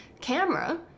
camera